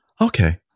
Okay